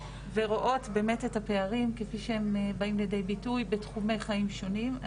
ורואות באמת את הפערים כפי שהם באים לידי ביטוי בתחומי חיים שונים.